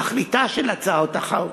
תכליתה של הצעת החוק